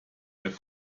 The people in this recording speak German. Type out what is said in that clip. der